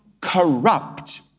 corrupt